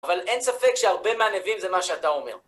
אבל אין ספק שהרבה מהנביאים זה מה שאתה אומר.